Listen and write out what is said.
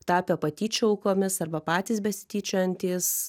tapę patyčių aukomis arba patys besityčiojantys